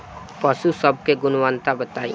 पशु सब के गुणवत्ता बताई?